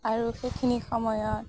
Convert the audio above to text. আৰু সেইখিনি সময়ত